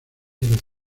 vecinos